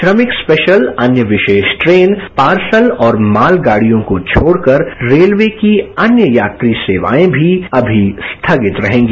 श्रमिक स्पेशल अन्य विशेष ट्रेन पार्सल और मालगाड़ियों को छोड़कर रेलवे की अन्य यात्री सेवाए भी अभी स्थगित रहेंगी